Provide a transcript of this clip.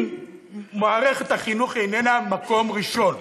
אם מערכת החינוך איננה מקום ראשון,